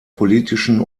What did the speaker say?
politischen